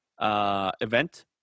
event